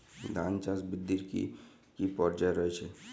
ধান চাষ বৃদ্ধির কী কী পর্যায় রয়েছে?